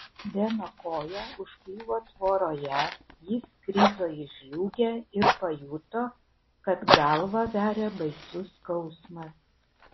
beno koja užkliuvo tvoroje jis krito į žliūgę ir pajuto kad galvą veria baisus skausmas